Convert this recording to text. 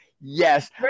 Yes